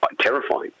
terrifying